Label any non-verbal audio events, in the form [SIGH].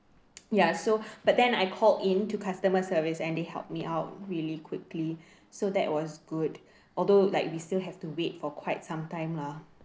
ya so [BREATH] but then I called in to customer service and they helped me out really quickly so that was good although like we still have to wait for quite some time lah